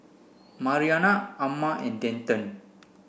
Marianna Amma and Denton